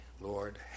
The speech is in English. Lord